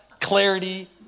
clarity